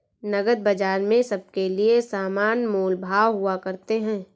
नकद बाजार में सबके लिये समान मोल भाव हुआ करते हैं